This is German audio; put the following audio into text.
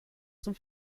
zum